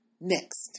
next